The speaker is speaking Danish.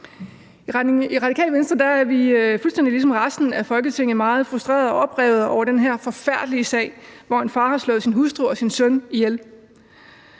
I Radikale Venstre er vi fuldstændig ligesom resten af Folketinget meget frustrerede og oprevne over den her forfærdelige sag, hvor en far har slået sin hustru og søn ihjel.